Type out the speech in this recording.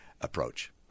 approach